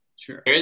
Sure